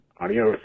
Adios